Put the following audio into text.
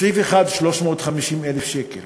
בסעיף אחד 350,000 שקל